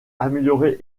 amélioré